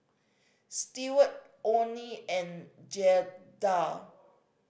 Stewart Oney and Jaeda